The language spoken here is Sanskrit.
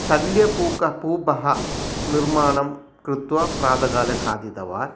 सन्द्यपूपः पूपः निर्माणं कृत्वा प्रातःकाले खादितवान्